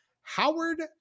Howard